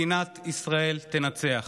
מדינת ישראל תנצח.